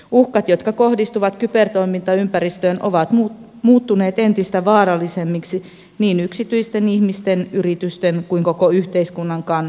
uhkat jotka kohdistuvat kybertoimintaympäristöön ovat muuttuneet entistä vaarallisemmiksi niin yksityisten ihmisten yritysten kuin koko yhteiskunnan kannalta